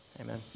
Amen